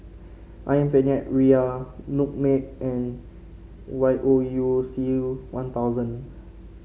ayam Penyet Ria Milkmaid and Y O U C One Thousand